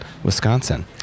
Wisconsin